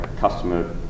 customer